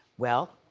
well,